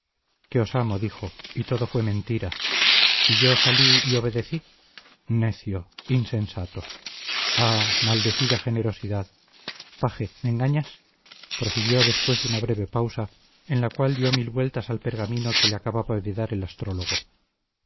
que os amo dijo y todo fue mentira y yo salí y obedecí necio insensato ah maldecida generosidad paje me engañas prosiguió después de una breve pausa en la cual dio mil vueltas al pergamino que le acababa de dar el astrólogo